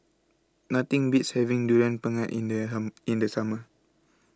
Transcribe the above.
Nothing Beats having Durian Pengat in There Ham in The Summer